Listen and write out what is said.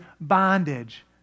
bondage